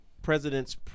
President's